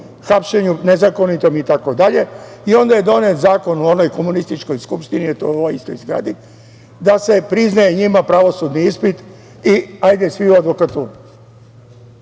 hapšenju nezakonitom itd, i onda je donet zakon u onoj komunističkoj Skupštini, u ovoj istoj zgradi, da se priznaje njima pravosudni ispit i hajde svi u advokaturu.